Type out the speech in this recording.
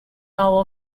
hall